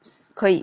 可以